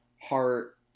heart